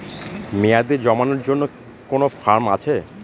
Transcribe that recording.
মেয়াদী জমানোর জন্য কি কোন ফর্ম আছে?